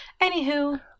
Anywho